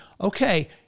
okay